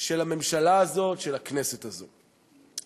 של הממשלה הזאת, של הכנסת הזאת.